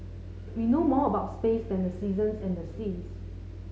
we know more about space than the seasons and the seas